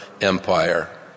empire